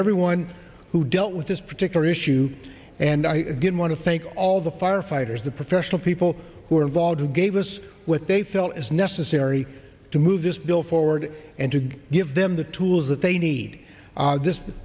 everyone who dealt with this particular issue and i did want to thank all the firefighters the professional people who are involved who gave us what they felt is necessary to move this bill forward and to give them the tools that they need this